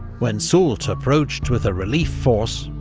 when soult approached with a relief force,